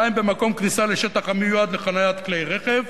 (2) במקום כניסה לשטח המיועד לחניית כלי-רכב,